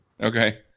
Okay